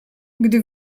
gdy